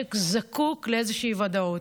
המשק זקוק לאיזושהי ודאות.